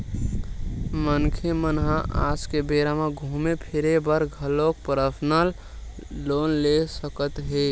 मनखे मन ह आज के बेरा म घूमे फिरे बर घलो परसनल लोन ले सकत हे